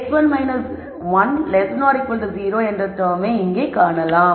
எனவே x1 1 0 என்ற டேர்மை இங்கே காணலாம்